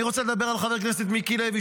אני רוצה לדבר על חבר הכנסת מיקי לוי,